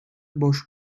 boş